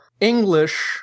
English